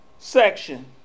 Section